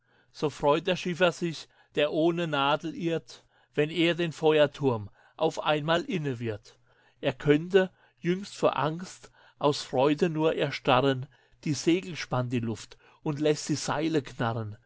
so freut der schiffer sich der ohne nadel irrt wenn er den feuerturm auf einmal inne wird er könnte jüngst vor angst aus freude nur erstarren die segel spannt die luft und lässt die seile knarren